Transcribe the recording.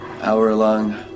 hour-long